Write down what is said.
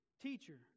Teacher